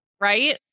right